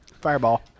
Fireball